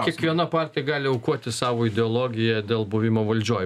kiekviena partija gali aukoti savo ideologiją dėl buvimo valdžioj